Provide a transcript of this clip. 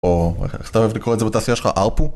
או... איך אתה אוהב לקרוא לזה בתעשייה שלך, אלפו?